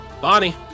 Bonnie